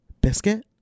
biscuit